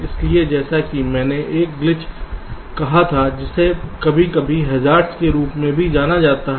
इसलिए जैसा कि मैंने एक ग्लिच कहा था जिसे कभी कभी हैज़ार्ड के रूप में भी जाना जाता है